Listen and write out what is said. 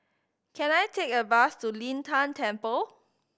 can I take a bus to Lin Tan Temple